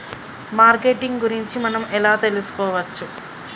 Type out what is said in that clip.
Marketing గురించి మనం ఎలా తెలుసుకోవచ్చు?